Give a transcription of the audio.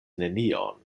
nenion